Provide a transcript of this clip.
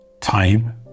Time